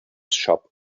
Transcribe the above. shop